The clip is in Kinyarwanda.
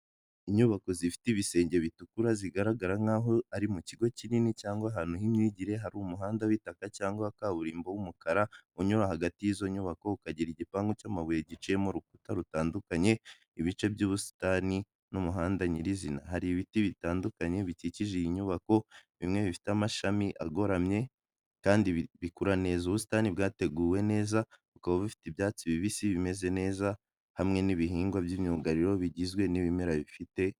Inyubako zifite ibisenge bitukura, zigaragara nk'aho ari mu kigo kinini cyangwa ahantu h'imyigire, hari umuhanda w'itaka cyangwa wa kaburimbo w'umukara, unyura hagati y'izo nyubako, ukagira igipangu cy'amabuye giciyemo urukuta rutandukanye, ibice by'ubusitani n'umuhanda nyirizina. Hari ibiti bitandukanye bikikije iyi nyubako, bimwe bifite amashami agoramye kandi bikura neza. Ubusitani bwateguwe neza, bukaba bufite ibyatsi bibisi bimeze neza hamwe n'ibihingwa by'imyugariro bigizwe n'ibimera bifite